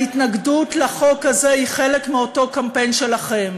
ההתנגדות לחוק הזה היא חלק מאותו קמפיין שלכם